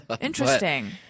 Interesting